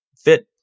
fit